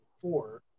four